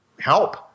help